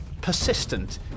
persistent